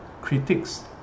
critics